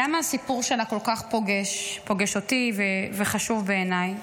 למה הסיפור שלה כל כך פוגש אותי וחשוב בעיניי?